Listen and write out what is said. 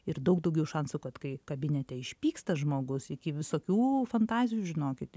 ir daug daugiau šansų kad kai kabinete išpyksta žmogus iki visokių fantazijų žinokit